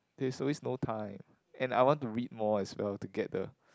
there's always no time and I want to read more as well to get the